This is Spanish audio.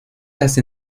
las